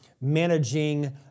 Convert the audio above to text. managing